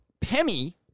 Pemmy